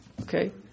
Okay